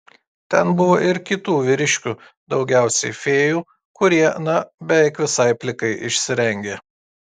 ten buvo ir kitų vyriškių daugiausiai fėjų kurie na beveik visai plikai išsirengė